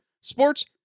Sports